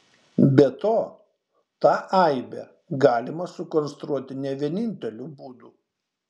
be to tą aibę galima sukonstruoti ne vieninteliu būdu